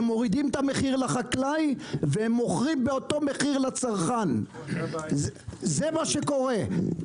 הם מורידים את המחיר לחקלאי והם מוכרים באותו מחיר לצרכן זה מה שקורה,